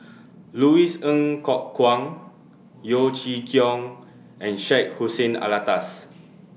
Louis Ng Kok Kwang Yeo Chee Kiong and Syed Hussein Alatas